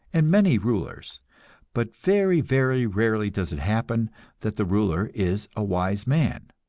and many rulers but very, very rarely does it happen that the ruler is a wise man,